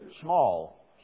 small